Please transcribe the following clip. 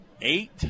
eight